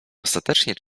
ostatecznie